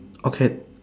okay